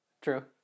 True